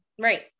Right